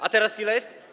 A teraz ile jest?